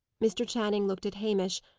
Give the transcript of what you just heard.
mr. channing looked at hamish,